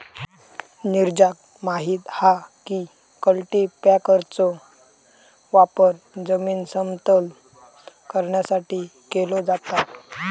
नीरजाक माहित हा की कल्टीपॅकरचो वापर जमीन समतल करण्यासाठी केलो जाता